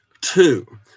Two